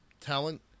talent